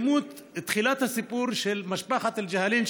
תחילת הסיפור של משפחת אל-ג'הלין,